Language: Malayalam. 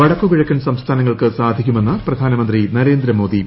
വടക്ക് കിഴക്കൻ സംസ്ഥാനങ്ങൾക്ക് സാധിക്കുമെന്ന് പ്രധാനമന്ത്രി നരേന്ദ്രമോദി